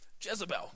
Jezebel